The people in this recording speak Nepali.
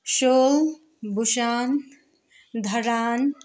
Seoul Busan Dharan